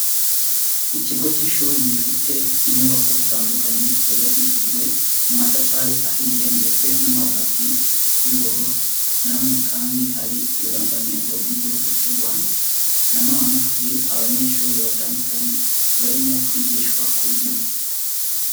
Ikigo cy'ishuri gifite inyubako zitandukanye zubakishijwe amatafari ahiye ndetse n'amabati y'ubururu. Na none kandi hari ibirangantego by'Igihugu cy'u Rwanda. Na none hari abanyeshuri batandukanye barimo kwigishwa kubyina.